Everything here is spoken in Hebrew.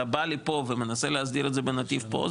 אלא בא לפה ומנסה להסדיר את זה בנתיב פה,